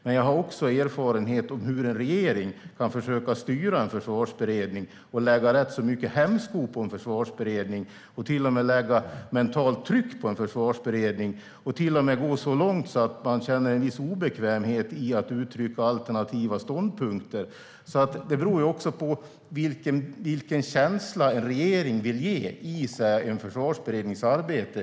Men jag har också erfarenhet av hur en regering kan försöka styra en försvarsberedning och i hög grad lägga hämsko och till och med ett mentalt tryck på den. Det kan gå så långt att man i viss mån känner sig obekväm med att uttrycka alternativa ståndpunkter. Det beror också på vilken känsla en regering vill ge i en försvarsberednings arbete.